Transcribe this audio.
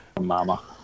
mama